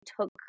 took